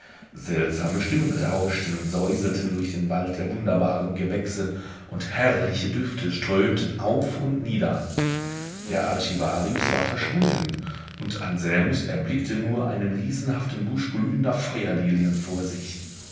seltsame stimmen rauschten und säuselten durch den wald der wunderbaren gewächse und herrliche düfte strömten auf und nieder der archivarius war verschwunden und anselmus erblickte nur einen riesenhaften busch glühender feuerlilien vor sich